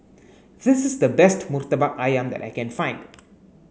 this is the best Murtabak Ayam that I can find